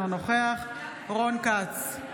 אינו נוכח רון כץ,